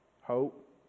hope